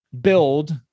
build